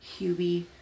Hubie